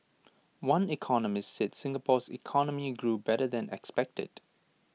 one economist said Singapore's economy grew better than expected